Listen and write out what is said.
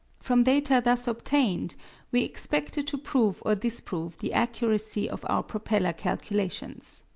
from data thus obtained we expected to prove or disprove the accuracy of our propeller calculations.